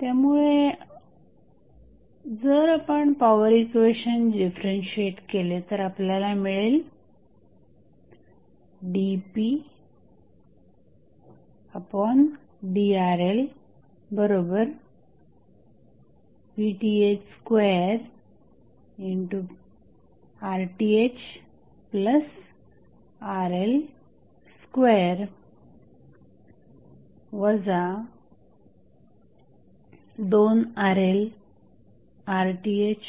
त्यामुळे जर आपण पॉवर इक्वेशन डिफरन्शिएट केले तर आपल्याला मिळेल dpdRLVTh2RThRL2 2RLRThRLRThRL4 VTh2RThRL 2RLRThRL3